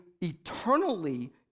eternally